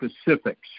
specifics